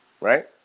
right